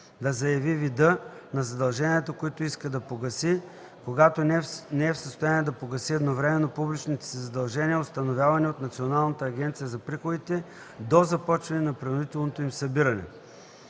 да заяви вида на задълженията, които иска да погаси, когато не е в състояние да погаси едновременно публичните си задължения, установявани от Националната агенция за приходите, до започване на принудителното им събиране.